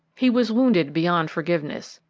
he was wounded beyond forgiveness.